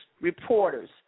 reporters